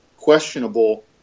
questionable